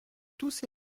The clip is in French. tous